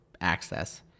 access